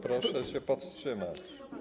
Proszę się powstrzymać.